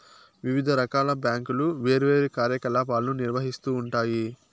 వివిధ రకాల బ్యాంకులు వేర్వేరు కార్యకలాపాలను నిర్వహిత్తూ ఉంటాయి